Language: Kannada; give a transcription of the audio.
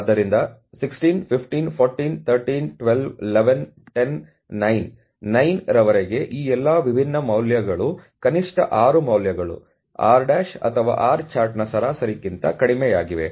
ಆದ್ದರಿಂದ 16 15 14 13 12 11 10 9 9 ರವರೆಗೆ ಈ ಎಲ್ಲಾ ವಿಭಿನ್ನ ಮೌಲ್ಯಗಳು ಕನಿಷ್ಠ 6 ಮೌಲ್ಯಗಳು 'R' ಅಥವಾ R ಚಾರ್ಟ್ನ ಸರಾಸರಿ ಕ್ಕಿಂತ ಕಡಿಮೆ ಯಾಗಿವೆ